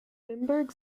limburg